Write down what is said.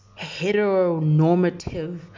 heteronormative